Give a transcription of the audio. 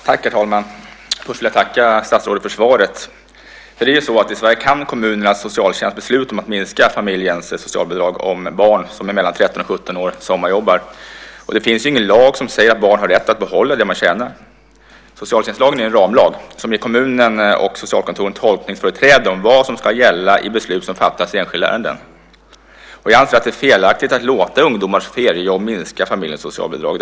Herr talman! Först vill jag tacka statsrådet för svaret. I Sverige kan kommunernas socialtjänst besluta om att minska familjens socialbidrag om barn som är mellan 13 och 17 år sommarjobbar. Det finns ingen lag som säger att barn har rätt att behålla det de tjänar. Socialtjänstlagen som är en ramlag ger kommunen och socialkontoren tolkningsföreträde om vad som ska gälla i beslut som fattas i enskilda ärenden. Jag anser att det är felaktigt att låta ungdomars feriejobb minska familjens socialbidrag.